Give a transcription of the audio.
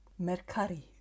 mercari